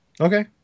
Okay